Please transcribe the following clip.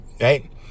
Right